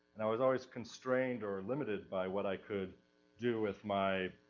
and i was always constrained or limited by what i could do with my,